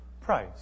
price